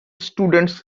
students